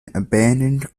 abandoned